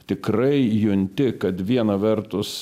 tikrai junti kad viena vertus